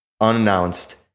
unannounced